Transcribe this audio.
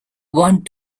want